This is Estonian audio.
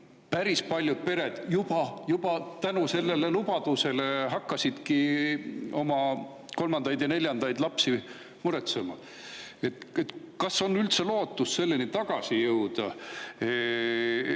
päris paljud pered tänu sellele lubadusele juba hakkasidki kolmandaid ja neljandaid lapsi muretsema. Kas on üldse lootust selle juurde tagasi jõuda